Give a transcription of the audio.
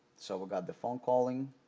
so, we got the phone calling,